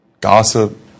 gossip